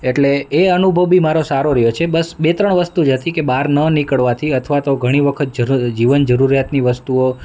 એટલે એ અનુભવ બી મારો સારો રહ્યો છે બસ બે ત્રણ વસ્તુ જ હતી કે બહાર ન નીકળવાથી અથવા તો ઘણી વખત જીવન જરૂરિયાતની વસ્તુઓ